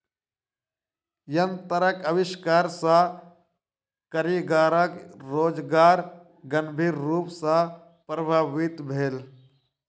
यंत्रक आविष्कार सॅ कारीगरक रोजगार गंभीर रूप सॅ प्रभावित भेल